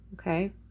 okay